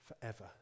forever